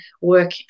work